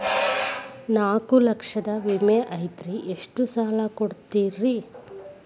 ನಾಲ್ಕು ಲಕ್ಷದ ವಿಮೆ ಐತ್ರಿ ಎಷ್ಟ ಸಾಲ ಕೊಡ್ತೇರಿ?